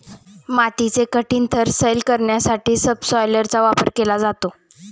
मातीचे कठीण थर सैल करण्यासाठी सबसॉयलरचा वापर केला जातो